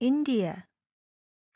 India